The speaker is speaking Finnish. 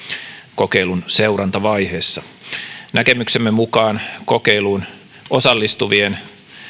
kokeilun seurantavaiheessa näkemyksemme mukaan kokeiluun osallistuvien